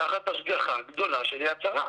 תחת השגחה גדולה של "יד שרה".